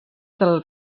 del